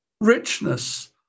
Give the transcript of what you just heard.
richness